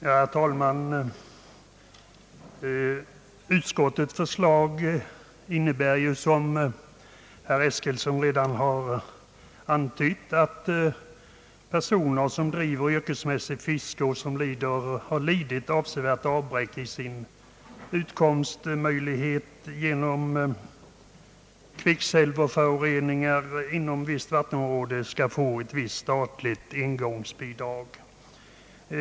Herr talman! Utskottets förslag innebär, som herr Eskilsson redan har antytt, att personer som bedriver yrkesmässigt fiske och vilka lidit avsevärt avbräck i sina utkomstmöjligheter genom kvicksilverföroreningar inom visst vattenområde skall få statligt engångsbidrag.